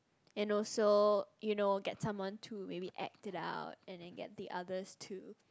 and also you know get someone to maybe act it and then get the others to